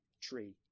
tree